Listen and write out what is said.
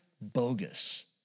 bogus